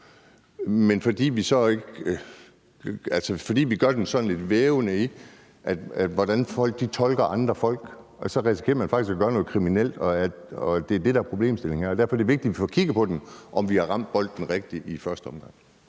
Men fordi vi gør den sådan lidt vævende og afhængig af, hvordan folk tolker andre folk, så risikerer man faktisk at gøre noget kriminelt, og det er det, der er problemstillingen her. Derfor er det vigtigt, at vi får kigget på, om vi har ramt bolden rigtigt i første omgang.